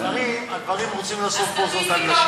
הגברים רוצים לעשות פוזות על נשים.